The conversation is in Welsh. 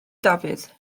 dafydd